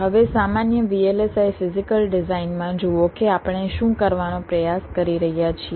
હવે સામાન્ય VLSI physical design માં જુઓ કે આપણે શું કરવાનો પ્રયાસ કરી રહ્યા છીએ